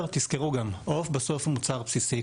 תזכרו, בסוף עוף הוא מוצר בסיסי.